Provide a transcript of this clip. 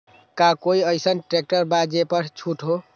का कोइ अईसन ट्रैक्टर बा जे पर छूट हो?